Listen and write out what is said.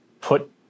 put